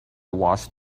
wash